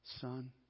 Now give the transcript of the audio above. Son